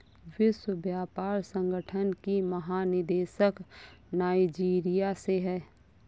विश्व व्यापार संगठन की महानिदेशक नाइजीरिया से है